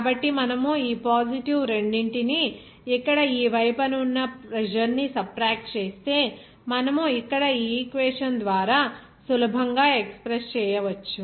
కాబట్టి మనము ఈ పాజిటివ్ రెండింటిని ఇక్కడ ఈ వైపు న ఉన్న ప్రెజర్ ని సబ్ట్రాక్ట్ చేస్తే మనము ఇక్కడ ఈ ఈక్వేషన్ ద్వారా సులభంగా ఎక్స్ప్రెస్ చేయవచ్చు